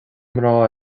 mná